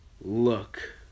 Look